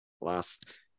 last